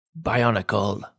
Bionicle